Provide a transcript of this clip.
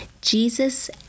Jesus